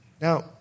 Now